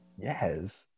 Yes